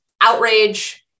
outrage